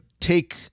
take